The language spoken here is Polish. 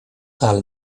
ale